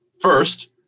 First